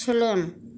सोलों